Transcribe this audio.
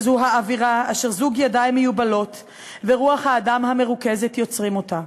וזו האווירה אשר זוג ידיים מיובלות ורוח האדם המרוכזת יוצרים אותה,